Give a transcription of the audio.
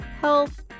health